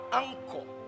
uncle